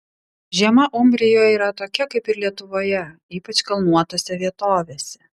žiema umbrijoje yra tokia kaip ir lietuvoje ypač kalnuotose vietovėse